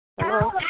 Hello